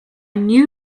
knew